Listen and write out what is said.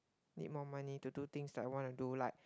need more money to do things that I want to do like